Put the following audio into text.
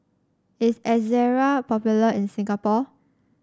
is Ezerra popular in Singapore